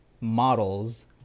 models